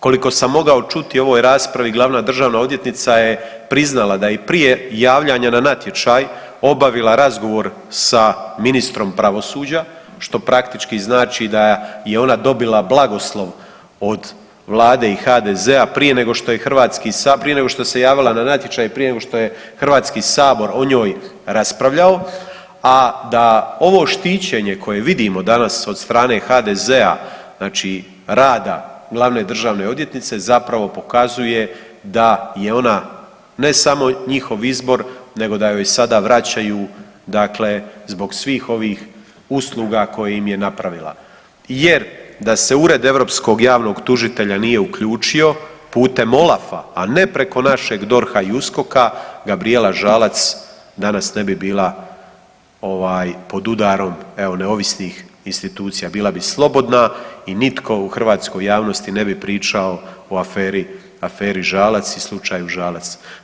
Koliko sam mogao čuti u ovoj raspravi glavna državna odvjetnica je priznala da i prije javljanja na natječaj obavila razgovor sa ministrom pravosuđa, što praktički znači da je ona dobila blagoslov od Vlade i HDZ-a, prije nego što se javila na natječaj, prije nego što je HS o njoj raspravljao, a da ovo štićenje koje vidimo danas od strane HDZ-a, znači rada glavne državne odvjetnice zapravo pokazuje da je ona ne samo njihov izbor nego da joj sada vraćaju zbog svih ovih usluga koje im je napravila jer da se Ured europskog javnog tužitelja nije uključio putem OLAF-a, a ne preko našeg DORH-a i USKOK-a Gabrijela Žalac danas ne bi bila pod udarom neovisnih institucija, bila bi slobodna i nitko u hrvatskoj javnosti ne bi pričao o aferi Žalac i slučaju Žalac.